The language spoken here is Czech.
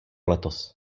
letos